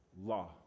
law